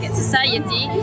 society